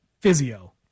physio